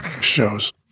shows